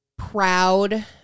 proud